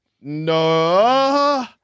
No